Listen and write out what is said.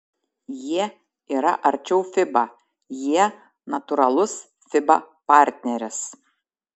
jie yra arčiau fiba jie natūralus fiba partneris